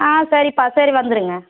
ஆ சரிப்பா சரி வந்துருங்க